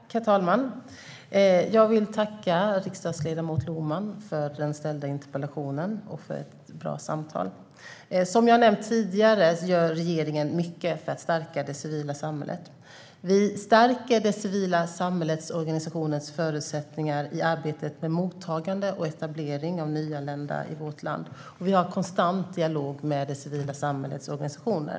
Herr talman! Jag vill tacka riksdagsledamot Lohman för den ställda interpellationen och för ett bra samtal. Som jag har nämnt tidigare gör regeringen mycket för att stärka det civila samhället. Vi stärker förutsättningarna för det civila samhällets organisationer i arbetet med mottagande och etablering av nyanlända i vårt land, och vi har konstant dialog med det civila samhällets organisationer.